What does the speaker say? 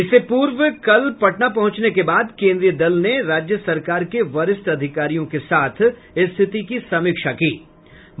इससे पूर्व कल पटना पहुंचने के बाद केन्द्रीय दल ने राज्य सरकार के वरिष्ठ अधिकारियों के साथ स्थिति की समीक्षा बैठक की